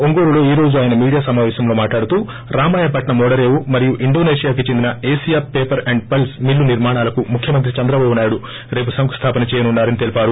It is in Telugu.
ఒంగోలులో ఈ రోజు ఆయన మీడియా సమాపేశంలో మాట్లాడుతూ రామాయపట్నం ఓడరేవు ఇండోసేషియాకి చెందిన Asia paper and pulse mill నిర్మాణాలకు ముఖ్యమంత్రి చంధ్రబాబు నాయుడు రేపు శంకుస్లాపన చేయనున్నారని తెలిపారు